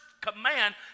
command